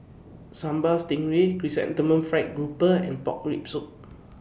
Sambal Stingray Chrysanthemum Fried Grouper and Pork Rib Soup